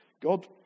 God